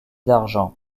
d’argent